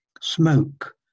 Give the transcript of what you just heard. Smoke